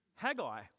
Haggai